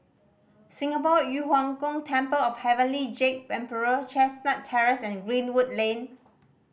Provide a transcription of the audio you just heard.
Singapore Yu Huang Gong Temple of Heavenly Jade Emperor Chestnut Terrace and Greenwood Lane